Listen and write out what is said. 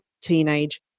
Teenage